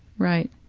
right.